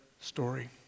story